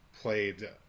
played